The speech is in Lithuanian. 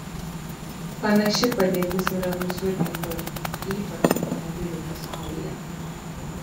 panaši padėtis yra visur kitur ypač automobilių pasaulyje